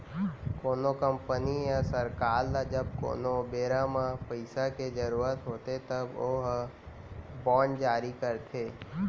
कोनो कंपनी या सरकार ल जब कोनो बेरा म पइसा के जरुरत होथे तब ओहा बांड जारी करथे